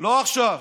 לא עכשיו,